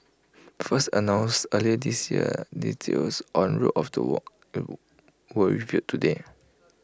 first announced earlier this year details on route of the walk were revealed today